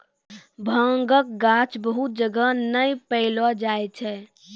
भांगक गाछ बहुत जगह नै पैलो जाय छै